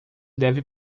deve